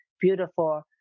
beautiful